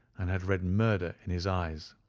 and had read and murder in his eyes.